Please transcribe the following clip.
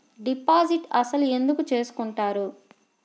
Deposit అసలు ఎందుకు చేసుకుంటారు?